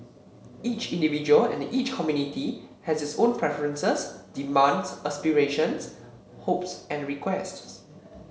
each individual and each community has its own preferences demands aspirations hopes and requests